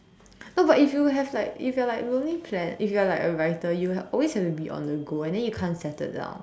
no but if you have like if you're like lonely planet if you're like a writer you will always have to be on the go and then you can't settle down